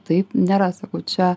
taip nėra sakau čia